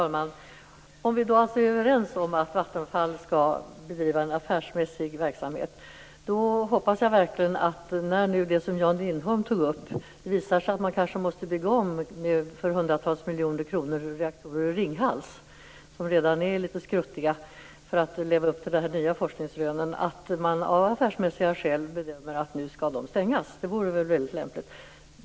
Fru talman! Låt oss säga att vi är överens om att Vattenfall skall bedriva en affärsmässig verksamhet. Då har jag en förhoppning som gäller om det skulle bli så som Jan Lindholm tog upp, alltså att man kanske måste bygga om redan litet skruttiga reaktorer i Ringhals för flera hundra miljoner för att leva upp till de här nya forskningsrönen. Då hoppas jag att man av affärsmässiga skäl bedömer att de nu skall stängas. Det vore väldigt lämpligt.